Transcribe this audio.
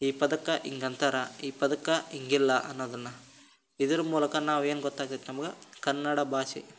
ಈ ಪದಕ್ಕೆ ಹೀಗ್ ಅಂತಾರೆ ಈ ಪದಕ್ಕೆ ಹೀಗಿಲ್ಲ ಅನ್ನೋದನ್ನು ಇದ್ರ ಮೂಲಕ ನಾವೇನು ಗೊತ್ತಾಗತ್ತೆ ನಮ್ಗೆ ಕನ್ನಡ ಭಾಷೆ